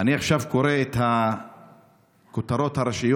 אני קורא עכשיו את הכותרות הראשיות